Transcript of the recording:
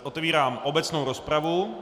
Otevírám obecnou rozpravu.